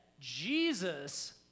Jesus